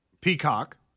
Peacock